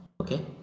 okay